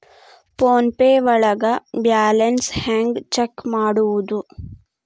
Phone pay ಒಳಗ balance ಹೆಂಗ್ check ಮಾಡುವುದು?